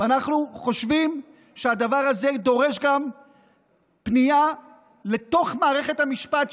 ואנחנו חושבים שהדבר הזה דורש גם פנייה למערכת המשפט,